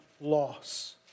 loss